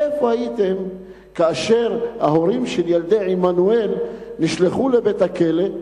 איפה הייתם כאשר ההורים של ילדי עמנואל נשלחו לבית-הכלא?